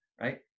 right